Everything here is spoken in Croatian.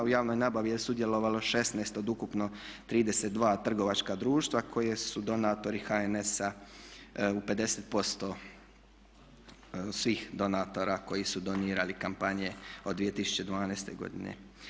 U javnoj nabavi je sudjelovalo 16 od ukupno 32 trgovačka društva koji su donatori HNS-a u 50% svih donatora koji su donirali kampanje od 2012. godine.